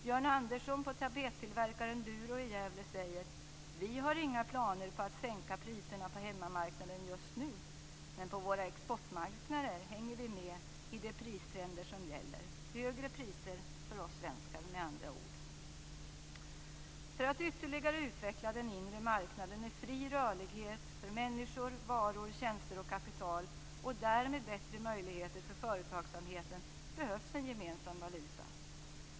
Björn Andersson på tapettillverkaren Duro i Gävle säger: Vi har inga planer på att sänka priserna på hemmamarknaden just nu, men på våra exportmarknader hänger vi med i de pristrender som gäller. Högre priser för oss svenskar med andra ord. För att ytterligare utveckla den inre marknaden med fri rörlighet för människor, varor, tjänster och kapital och därmed skapa bättre möjligheter för företagsamheten, behövs en gemensam valuta.